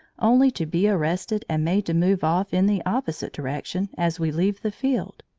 only to be arrested and made to move off in the opposite direction as we leave the field,